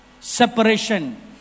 Separation